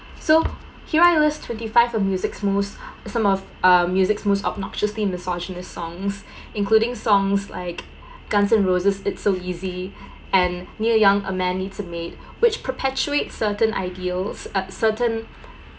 so here I list twenty five of music's most some of um music's most obnoxiously misogynist songs including songs like guns and roses it's so easy and near young a men needs a maid which perpetuate certain ideals uh certain